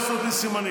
לא לעשות לי סימנים,